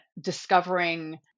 discovering